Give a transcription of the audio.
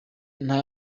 nta